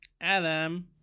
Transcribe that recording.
Adam